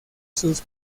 sus